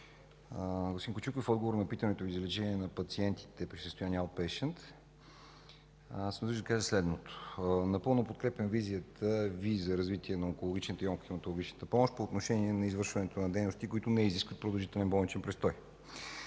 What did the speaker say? Господин Кючуков, в отговор на питането Ви за лечение на пациентите при състояние „аутпейшънт” ще кажа следното. Напълно подкрепям визията Ви за развитие на онкологичната и хематологичната помощ по отношение на извършването на дейности, които не изискват продължителен болничен престой.